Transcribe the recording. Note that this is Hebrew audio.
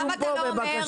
למה אתה לא אומר?